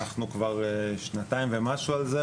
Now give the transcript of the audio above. אנחנו כבר שנתיים ומשהו על זה,